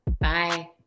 Bye